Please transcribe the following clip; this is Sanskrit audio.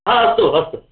ह अस्तु अस्तु